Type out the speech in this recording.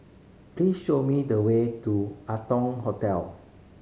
please show me the way to Arton Hotel